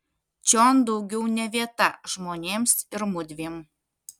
čion daugiau ne vieta žmonėms ir mudviem